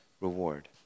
reward